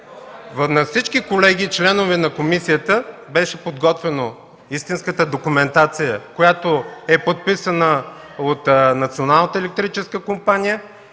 На всички членове на комисията беше подготвена истинската документация, подписана от Националната електрическа компания